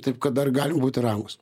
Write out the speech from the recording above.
taip kad dar gali būti ramūs